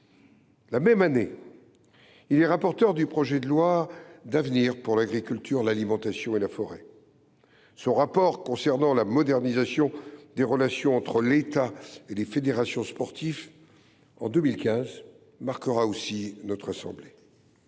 La même année, il est rapporteur du projet de loi d’avenir pour l’agriculture, l’alimentation et la forêt. Son rapport concernant la modernisation des relations entre l’État et les fédérations sportives, remis en 2015, marquera notre assemblée.